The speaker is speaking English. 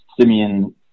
Simeon